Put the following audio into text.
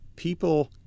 People